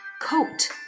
Coat